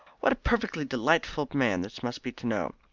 what a perfectly delightful man this must be to know.